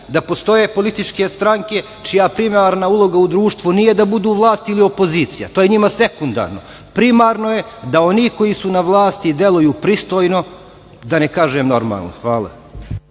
da postoje političke stranke čija primarna uloga u društvu nije da budu vlast ili opozicija, to je njima sekundarno. Primarno je da oni koji su na vlasti deluju pristojno, da ne kažem normalno. Hvala.